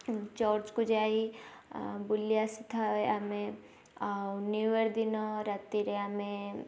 church କୁ ଯାଇ ବୁଲି ଆସିଥାଏ ଆମେ ଆଉ ନିୟୁ ଇଅର ଦିନ ରାତିରେ ଆମେ